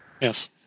Yes